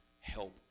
help